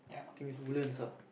thing is Woodlands sia